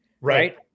right